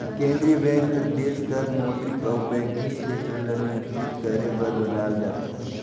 केंद्रीय बेंक हर देस कर मौद्रिक अउ बैंकिंग छेत्र ल नियंत्रित करे बर बनाल जाथे